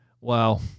Wow